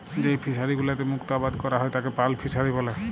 যেই ফিশারি গুলোতে মুক্ত আবাদ ক্যরা হ্যয় তাকে পার্ল ফিসারী ব্যলে